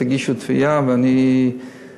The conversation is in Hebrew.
תגישו תביעה ונתחלק.